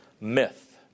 myth